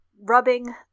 rubbing